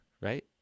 right